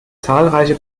zahlreiche